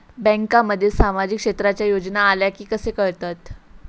बँकांमध्ये सामाजिक क्षेत्रांच्या योजना आल्या की कसे कळतत?